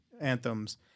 anthems